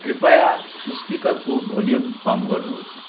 कृपया स्पिकरको भोल्युम कम गर्नुहोस्